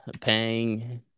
paying